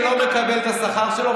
אין פעיל שלא מקבל את השכר שלו,